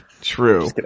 true